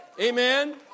Amen